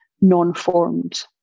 non-formed